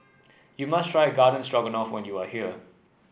you must try Garden Stroganoff when you are here